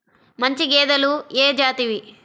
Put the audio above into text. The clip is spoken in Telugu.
మంచి గేదెలు ఏ జాతివి?